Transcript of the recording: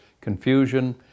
confusion